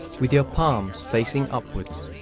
with your palms facing upwards.